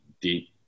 deep